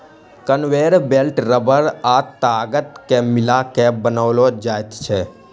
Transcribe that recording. conveyor belt रबड़ आ ताग के मिला के बनाओल जाइत छै